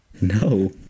No